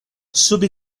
sub